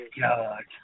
God